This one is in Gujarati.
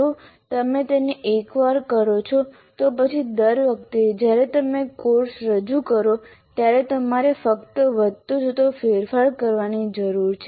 જો તમે તેને એકવાર કરો છો તો પછી દર વખતે જ્યારે તમે કોર્સ રજૂ કરો ત્યારે તમારે ફક્ત વધતો જતો ફેરફાર કરવાની જરૂર છે